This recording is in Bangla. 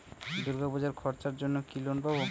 দূর্গাপুজোর খরচার জন্য কি লোন পাব?